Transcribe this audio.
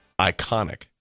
iconic